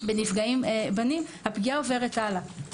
בנפגעים בנים, הפגיעה עוברת הלאה.